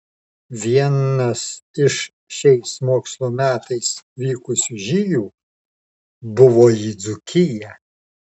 vienas iš šiais mokslo metais vykusių žygių buvo į dzūkiją